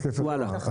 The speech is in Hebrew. וואלה.